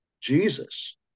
Jesus